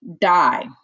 die